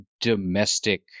domestic